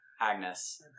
Agnes